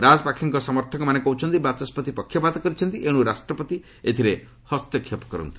ରାଜ୍ ପାଖେଙ୍କ ସମର୍ଥକ ମାନେ କହୁଛନ୍ତି ବାଚସ୍କତି ପକ୍ଷପାତ କରିଛନ୍ତି ଏଣୁ ରାଷ୍ଟ୍ରପତି ଏଥିରେ ହସ୍ତକ୍ଷେପ କରନ୍ତୁ